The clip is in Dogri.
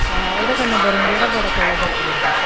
हां उ'दे कन्नै बर्म जेह्ड़ा बड़ा तौला सुक्की जंदा